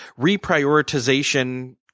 reprioritization